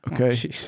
Okay